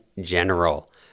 General